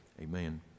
Amen